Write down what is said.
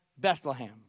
Bethlehem